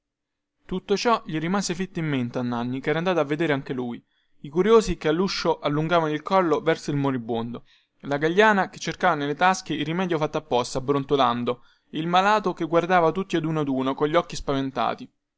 tutto ciò gli rimase fitto in mente a nanni chera andato a vedere anche lui i curiosi che dalluscio allungavano il collo verso il moribondo la gagliana che cercava nelle tasche il rimedio fatto apposta brontolando e il malato che guardava tutti ad uno ad uno cogli occhi spaventati